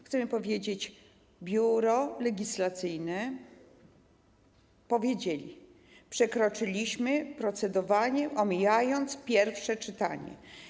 Chcemy powiedzieć, że w Biurze Legislacyjnym powiedzieli, że przekroczyliśmy procedowanie, omijając pierwsze czytanie.